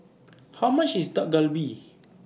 How much IS Dak Galbi